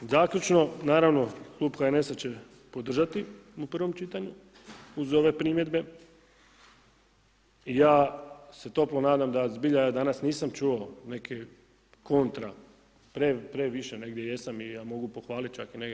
Zaključno, naravno Klub HNS-a će podržati u prvom čitanju uz ove primjedbe i ja se toplo nadam da zbilja danas nisam čuo neke kontra previše, negdje jesam i ja mogu pohvaliti čak i neke.